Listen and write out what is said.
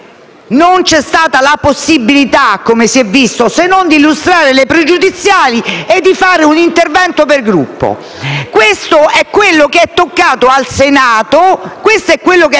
Non c'è stata la possibilità, come si è visto, se non di illustrare le pregiudiziali e di fare un intervento per Gruppo. Questo è quello che è toccato al Senato